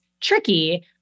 tricky